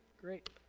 great